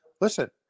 listen